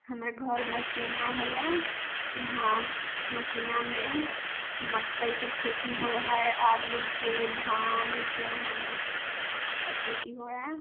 हमर घर मसीना होलै यहाँ मसीनामे मकइके खेती होइ हइ आलूके धान गेहूँके खेती होइ हइ